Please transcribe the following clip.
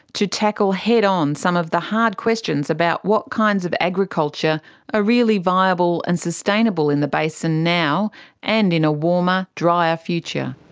to tackle head-on some of the hard questions about what kinds of agriculture are really viable and sustainable in the basin now and in a warmer, drier future.